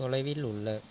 தொலைவில் உள்ள